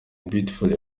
beautiful